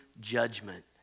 judgment